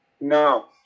No